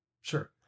Sure